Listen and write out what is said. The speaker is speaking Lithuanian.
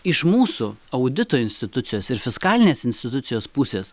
iš mūsų audito institucijos ir fiskalinės institucijos pusės